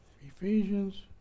Ephesians